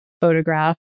photograph